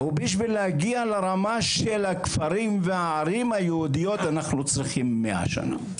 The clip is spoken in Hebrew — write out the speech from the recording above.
בשביל להגיע לרמה של הכפרים והערים היהודיות אנחנו צריכים 100 שנה.